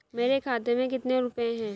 मेरे खाते में कितने रुपये हैं?